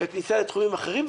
בכניסה לתחומים אחרים.